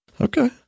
Okay